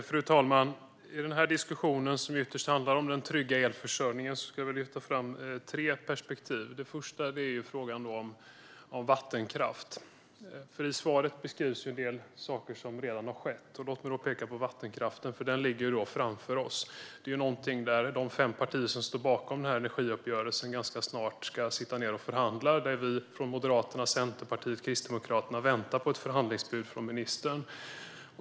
Fru talman! I denna diskussion, som ytterst handlar om den trygga elförsörjningen, skulle jag vilja lyfta fram tre perspektiv. Det första gäller frågan om vattenkraft. I svaret beskrivs en del saker som redan har skett. Låt mig då peka på vattenkraften, för den ligger framför oss. De fem partier som står bakom energiuppgörelsen ska ganska snart sitta ned och förhandla om detta. Vi från Moderaterna, Centerpartiet och Kristdemokraterna väntar på ett förhandlingsbud från ministern.